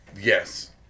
yes